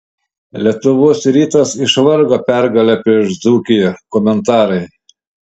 lietuvos rytas išvargo pergalę prieš dzūkiją komentarai